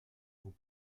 vous